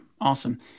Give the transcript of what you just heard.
awesome